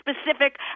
specific